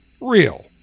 real